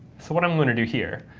so what i'm going to do here,